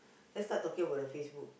let's start talking about the Facebook